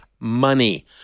Money